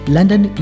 London